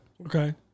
Okay